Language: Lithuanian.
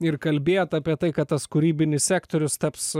ir kalbėjot apie tai kad tas kūrybinis sektorius taps